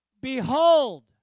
behold